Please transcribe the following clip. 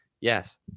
yes